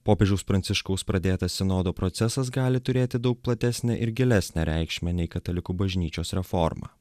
popiežiaus pranciškaus pradėtas sinodo procesas gali turėti daug platesnę ir gilesnę reikšmę nei katalikų bažnyčios reforma